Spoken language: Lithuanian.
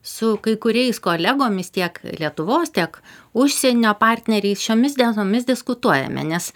su kai kuriais kolegomis tiek lietuvos tiek užsienio partneriais šiomis dienomis diskutuojame nes